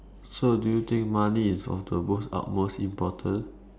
so do you think money is of the most utmost important